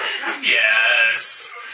Yes